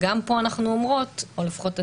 גם את זה אנחנו יודעים מהמחקר ומהשטח.